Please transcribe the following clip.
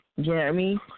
Jeremy